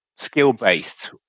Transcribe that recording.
skill-based